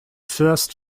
first